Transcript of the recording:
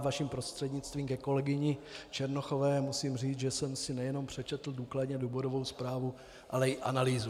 Vaším prostřednictvím ke kolegyni Černochové musím říct, že jsem si nejenom přečetl důkladně důvodovou zprávu, ale i analýzu.